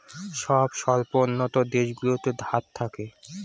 সব স্বল্পোন্নত দেশগুলোতে ধার থাকে